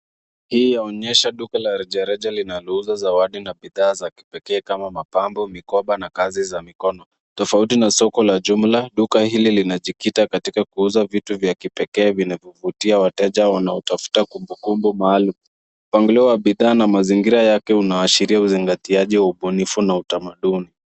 Hii yanyesha duka la rejareja linalouza zawadi na bidhaa za kipekee kama mapambo, mikoba na kazi za mikono. Tofauti na soko za jumla, duka hili linajikita katika kuuza vitu vya kipekee vinavyovutia wateja wanaotafuta kumbukumbu maalum. Mpagilio wa bidhaa ma mazingira yake unaashiria uzingatiaji wa ubunifu na utamaduni.